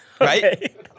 Right